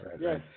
yes